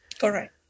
Correct